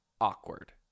awkward